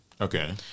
okay